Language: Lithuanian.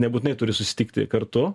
nebūtinai turi susitikti kartu